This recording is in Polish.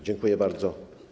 Dziękuję bardzo.